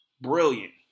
Brilliant